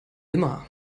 immer